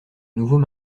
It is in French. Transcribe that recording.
nouveaux